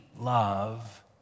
love